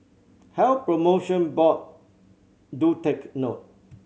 Health Promotion Board do take note